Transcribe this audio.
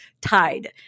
tied